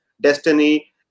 destiny